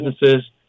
businesses